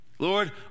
Lord